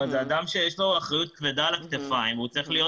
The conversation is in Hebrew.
זה אדם שיש לו אחריות כבדה על הכתפיים והוא צריך להיות,